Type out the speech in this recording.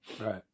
Right